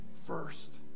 first